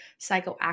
psychoactive